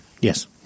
Yes